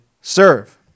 serve